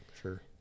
sure